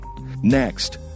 Next